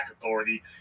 Authority